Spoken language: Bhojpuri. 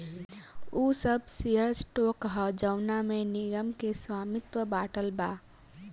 उ सब शेयर स्टॉक ह जवना में निगम के स्वामित्व बाटल बा